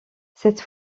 cette